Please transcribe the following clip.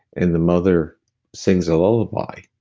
and the mother sings a lullaby,